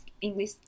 English